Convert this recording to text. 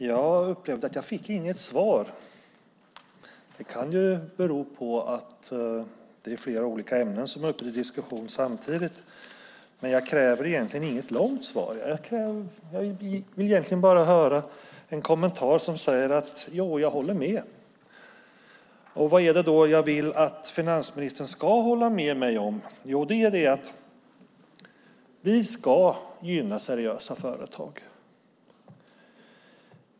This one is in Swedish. Herr talman! Jag fick inget svar. Det kan bero på att det är flera olika ämnen som är uppe till diskussion samtidigt. Jag kräver dock inget långt svar. Jag vill egentligen bara höra finansministern säga att han håller med. Vad är det då jag vill att finansministern ska hålla med mig om? Jo, att vi ska gynna seriösa företag.